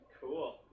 Cool